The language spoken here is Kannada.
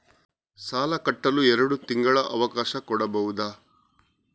ಸಾಲ ಕಟ್ಟಲು ಎರಡು ತಿಂಗಳ ಅವಕಾಶ ಕೊಡಬಹುದಾ?